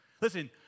Listen